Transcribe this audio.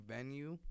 Venue